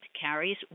carries